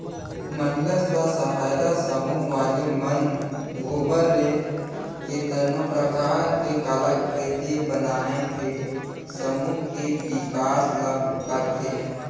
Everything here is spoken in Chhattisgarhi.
महिला स्व सहायता समूह वाले मन गोबर ले केतनो परकार के कलाकृति बनायके समूह के बिकास ल करथे